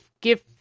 give